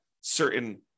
certain